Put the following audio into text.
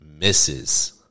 misses